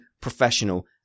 professional